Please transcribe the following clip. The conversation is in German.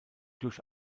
durch